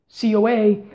COA